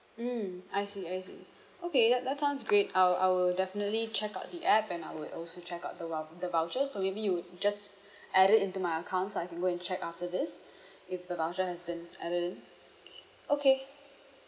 mm I see I see okay yup that sounds great I will I will definitely check out the app and I would also check out the vou~ the voucher so maybe you just add it into my account so I can go and check after this if the voucher has been added in okay